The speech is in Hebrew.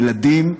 ילדים,